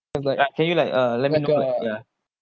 can you like uh let me know ya